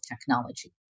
technology